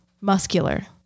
muscular